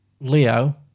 Leo